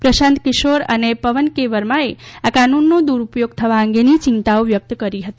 પ્રશાંત કિશોર અને પવન કે વર્માએ આ કાનૂનનો દુરૂપયોગ થવા અંગેની ચિંતાઓ વ્યક્ત કરી હતી